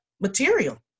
material